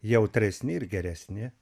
jautresni ir geresni